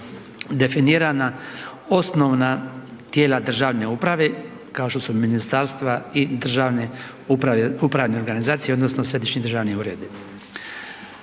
definirana osnovna tijela državne uprave kao što su ministarstva i državne upravne organizacije odnosno središnji državni uredi.